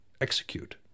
execute